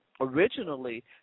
originally